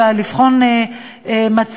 אלא לבחון מצע,